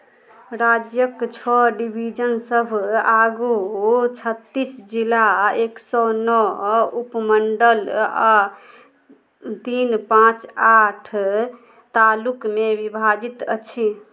राज्यक छओ डिवीजनसभ आगू छत्तीस जिला एक सए नओ उपमण्डल आ तीन पाँच आठ तालुकमे विभाजित अछि